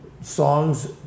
songs